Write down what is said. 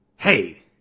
Hey